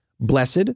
Blessed